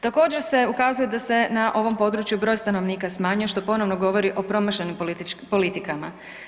Također se ukazuje da se na ovom području broj stanovnika smanjio što ponovno govori o promašenim politikama.